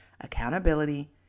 accountability